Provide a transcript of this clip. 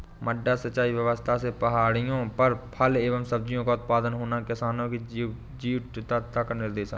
मड्डा सिंचाई व्यवस्था से पहाड़ियों पर फल एवं सब्जियों का उत्पादन होना किसानों की जीवटता का निदर्शन है